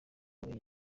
raporo